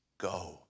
go